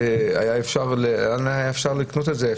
היה אפשר לקנות את זה,